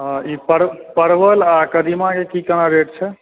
आ ई परवल आ कदीमा के की कोना रेट छै